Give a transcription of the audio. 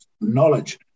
Knowledge